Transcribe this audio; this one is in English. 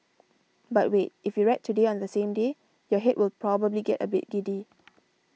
but wait if you read Today on the same day your head will probably get a bit giddy